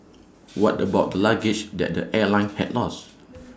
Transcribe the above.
what about the luggage that the airline had lost